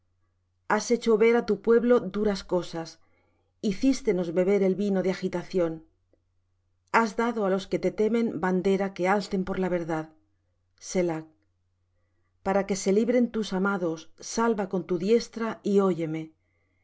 has hecho ver á tu pueblo duras cosas hicístenos beber el vino de agitación has dado á los que te temen bandera que alcen por la verdad selah para que se libren tus amados salva con tu diestra y óyeme